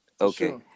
okay